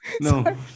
no